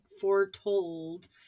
foretold